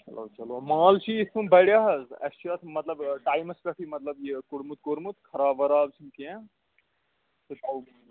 چلو چلو مال چُھ یتھٕ کٔنۍ بَڈِ حظ اَسہِ چُھ اتھ مطلب آ ٹایمس پیٚٹھٕے مطلب یہِ کوٚڑمُت کوٚرمُت خراب وراب چُھنہٕ کیٚنٛہہ ٲسۍ ہاوو یہِ